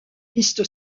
piste